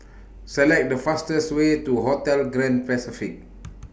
Select The fastest Way to Hotel Grand Pacific